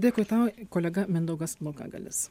dėkui tau kolega mindaugas laukagalis